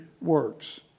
works